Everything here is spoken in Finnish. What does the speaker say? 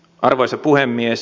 arvoisa puhemies